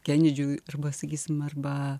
kenedžiui arba sakysim arba